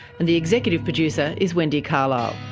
and the executive producer is wendy carlisle.